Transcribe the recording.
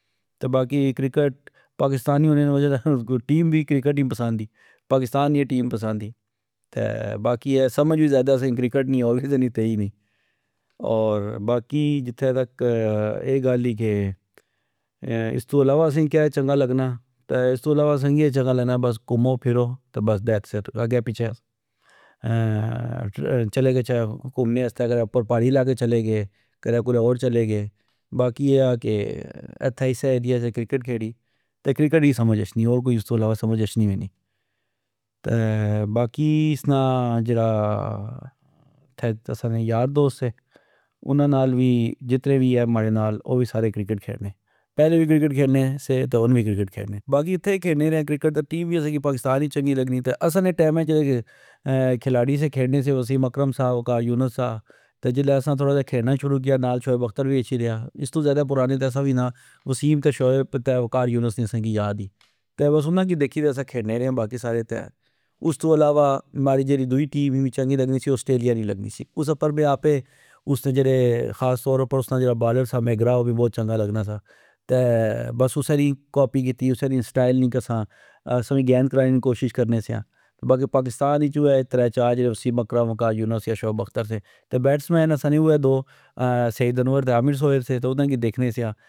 تہ باقی کرکٹ ،پاکستانی ہونے نی وجہ نال ٹیم وی کرکٹ نی پسند ای ۔پاکستان نی ٹیم پسند ای۔ تہ باقی سمج وی زئدہ اسا کی کرکٹ نی ہور کسہ نی تھئی نی ۔اور باقی جتھہ تک اے گل ای کہ استو علاوہ اسا کی کہ چنگا لگنا ،استو علاوہ اسا کی اے چنگا لگنا بس کمو پھرو تہ بس دیٹسیت ،اگہ پچہ چلے گچھہ کمنے آستہ اگر پاڑی علاقے چلے گئے ،کدہ کرہ ہور چلے گے ،باقی اے آ کہ اتھہ اسہ ایریا کرکٹ کھیڑی تہ کرکٹ ای سمج اچھنی ہور استو علاوہ سمج اچھنی وی نی۔ تہ باقی اسنا جیڑا ساڑے یار دوست سے انا نال وی جتنے وی اہہ ماڑے نال او وی کرکٹ کھیڑنے ،پہلے وی کرکٹ کھینے سے تہ ہن وی کرکٹ کھینے ،باقی اتھہ ای کھینے ریا کرکٹ تہ ٹیم وی ساڑے کی پاکستان نی چنگی لگنی تہ اسا نے ٹئمہچ کھلاڑی سے کھینے سے وسیم اکرم سا، وقار یونس ساتہ اسا جسلہ نال تھوڑا کھیلنا شروع کیتا تہ نال شہیب اختر وی اچھی ریا، استو ذئدہ پرانے تہ اسی وی نیا ۔وسیم تہ ،شہیب تہ ،وقار یونس نی اسا کی یاد ای تہ بس انا کی دیکھی تہ اسا کھینے رے آ باقی سارے تہ ۔استو علاوہ ماڑی جیڑی دؤئی ٹیم می چنگی لگنی سی او آسٹریلیا نی لگنی سی ،اس اپر میں آپے اسنے جیڑے خاص طور اپر اسنا جیڑا بالر میگرا او می بؤ چنگا لگنا سا ،تہ بس اسہ نی کاپی کیتی اسہ نی سٹائل نی اسا اسا گیند کرانے نی کوشش کرنے سیا ،بلکے پاکستان اچ اوئے ترہ چار وسیم اکرم ،وقار یونس یا شہیب اختر سے تہ بیٹسمین اسا نے اوئے دو سئید انور تہ عامر سہیل سے انا کی دیکھنے سیا